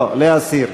לא, להסיר.